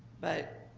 but